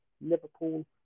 Liverpool